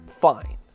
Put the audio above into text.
Fine